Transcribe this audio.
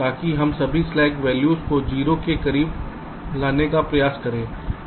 ताकि हम सभी स्लैक वैल्यू को 0 के करीब लाने का प्रयास करें